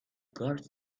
guards